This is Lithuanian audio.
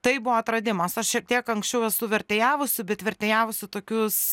tai buvo atradimas aš šiek tiek anksčiau esu vertėjavusi bet vertėjavusi tokius